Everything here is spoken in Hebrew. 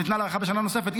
שניתנת להארכה בשנה נוספת,